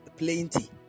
plenty